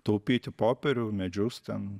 taupyti popierių medžius ten